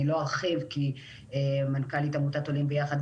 אני לא ארחיב כי מנכ"לית עמותת עולים ביחד,